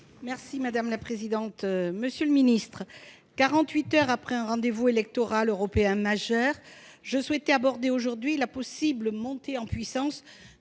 Mme Françoise Cartron. Monsieur le ministre, quarante-huit heures après un rendez-vous électoral européen majeur, je souhaitais aborder aujourd'hui la possible montée en puissance